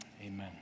Amen